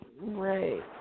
Right